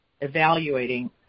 evaluating